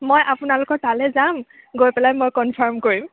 মই আপোনালোকৰ তালৈ যাম গৈ পেলাই মই কনফাৰ্ম কৰিম